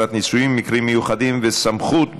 נישואין (מקרים מיוחדים וסמכות בין-לאומית)